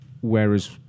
whereas